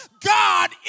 God